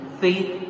faith